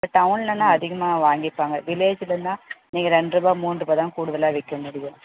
இப்போ டவுன்லெனாம் அதிகமாக வாங்கிப்பாங்க வில்லேஜ்லனால் நீங்கள் ரெண்டு ரூபாய் மூணு ரூபாய் தான் கூடுதலாக விற்க முடியும்